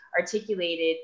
articulated